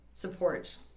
support